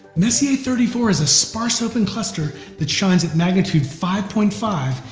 messier thirty four is a sparse open cluster that shines at magnitude five point five,